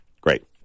Great